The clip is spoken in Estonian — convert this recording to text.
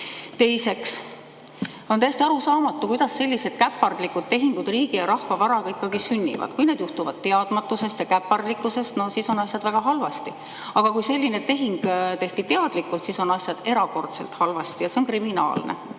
Teiseks, on täiesti arusaamatu, kuidas sellised käpardlikud tehingud riigi ja rahva varaga ikkagi sünnivad. Kui need juhtuvad teadmatusest ja käpardlikkusest, siis on asjad väga halvasti, aga kui selline tehing tehti teadlikult, siis on asjad erakordselt halvasti ja see on kriminaalne.